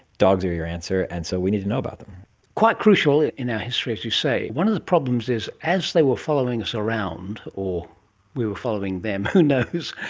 dogs are your answer and so we need to know about. quite crucial in our history, as you say. one of the problems is as they were following us around or we were following them, who knows,